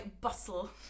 bustle